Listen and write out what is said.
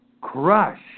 Crush